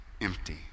empty